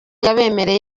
yabemereye